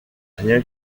rien